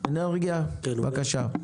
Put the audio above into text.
בבקשה.